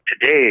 today